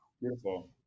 Beautiful